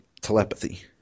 telepathy